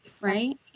Right